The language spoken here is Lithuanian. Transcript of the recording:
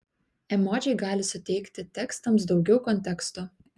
emodžiai gali suteikti tekstams daugiau konteksto